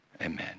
Amen